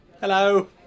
Hello